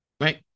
Right